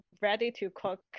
ready-to-cook